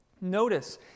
Notice